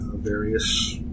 various